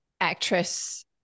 actress